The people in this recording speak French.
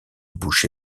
bouché